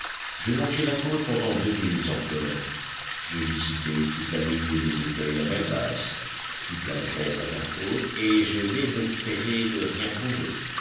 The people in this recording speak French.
je longeai la côte pendant deux milles encore je visitai toute la ligne des écueils à mer basse toute la grève à mer haute et je désespérais de rien trouver